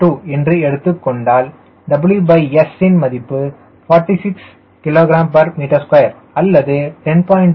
2 என்று எடுத்துக் கொண்டால் WS யின் மதிப்பு 46 kgm2 அல்லது 10